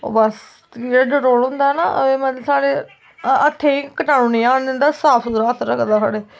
जेह्ड़ा डटोल होंदा ना एह् साढ़े हत्थें कटाणु ते साफ रखदा हत्थें गी